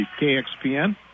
KXPN